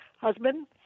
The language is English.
husband